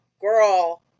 girl